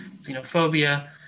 xenophobia